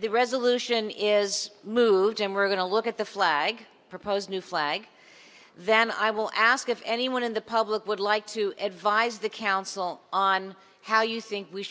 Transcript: the resolution is moved and we're going to look at the flag proposed new flag then i will ask if anyone in the public would like to advise the council on how you think we